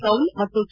ಕೌಲ್ ಮತ್ತು ಕೆ